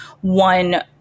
one